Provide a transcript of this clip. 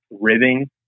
ribbing